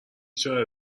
چاره